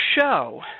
show